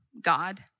God